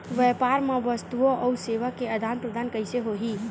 व्यापार मा वस्तुओ अउ सेवा के आदान प्रदान कइसे होही?